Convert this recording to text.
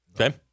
Okay